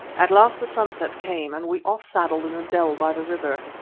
at last the sunset came, and we off-saddled in a dell by the river.